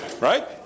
Right